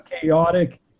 chaotic